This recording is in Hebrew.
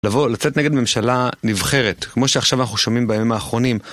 לבוא, לצאת נגד ממשלה נבחרת, כמו שעכשיו אנחנו שומעים בימים האחרונים.